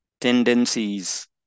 tendencies